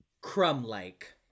Crumb-like